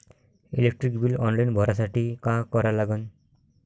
Electric bill online भरासाठी का करा लागन?